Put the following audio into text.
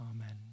Amen